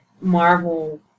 Marvel